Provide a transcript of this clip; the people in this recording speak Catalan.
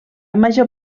major